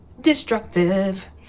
destructive